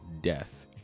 Death